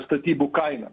statybų kainą